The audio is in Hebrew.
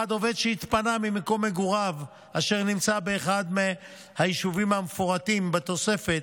1. עובד שהתפנה ממקום מגוריו אשר נמצא באחד מהיישובים המפורטים בתוספת,